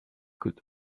could